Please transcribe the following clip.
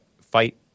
fight